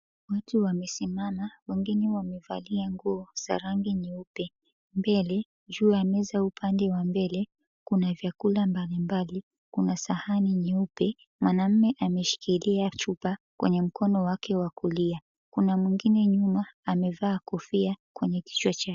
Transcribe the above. Watu wamesimama, wengine wamevalia nguo za rangi nyeupe. Mbele, juu ya meza ya upande wa mbele, kuna vyakula mbalimbali kuna sahani nyeupe. Mwanamume ameshikilia chupa kwenye mkono wake wa kulia, kuna mwingine nyuma amevaa kofia kwenye kichwa chake.